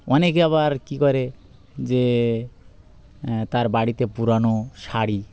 অনেকে আবার কী করে যে তার বাড়িতে পুরনো শাড়ি